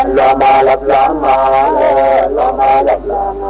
and la la la la la la la la um and